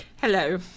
Hello